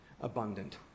abundant